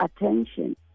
attention